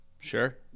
Sure